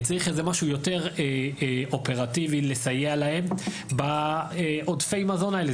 צריך איזה משהו יותר אופרטיבי לסייע להם בעודפי מזון האלה,